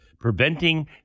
preventing